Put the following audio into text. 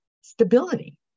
stability